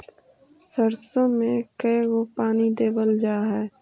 सरसों में के गो पानी देबल जा है?